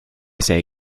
say